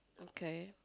okay